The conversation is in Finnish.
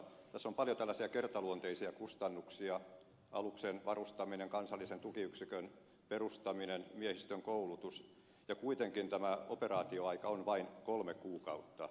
tässä on paljon tällaisia kertaluonteisia kustannuksia aluksen varustaminen kansallisen tukiyksikön perustaminen miehistön koulutus ja kuitenkin tämä operaatioaika on vain kolme kuukautta